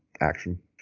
action